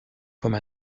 comme